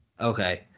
Okay